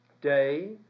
day